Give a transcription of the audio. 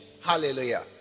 hallelujah